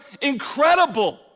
incredible